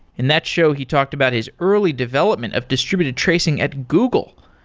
in that show, he talked about his early development of distributed tracing at google.